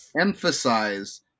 emphasize